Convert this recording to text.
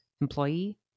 employee